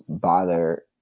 bother